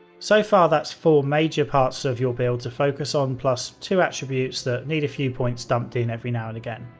so far, that's four major parts of your build to focus on, plus two attributes that need a few points dumped in every now and again.